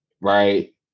right